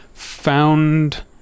found